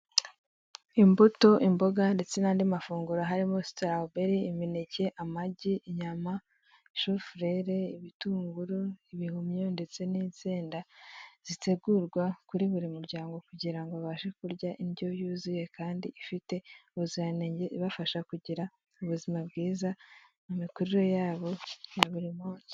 Imbuto, imboga ndetse n'andi mafunguro harimo sitoroberi, imineke, amagi, inyama shufureri, ibitunguru ibihumyo ndetse n'insin zitegurwa kuri buri muryango kugira ngo babashe kurya indyo yuzuye kandi ifite ubuziranenge ibafasha kugira ubuzima bwiza mu mikurire yabo ya buri munsi.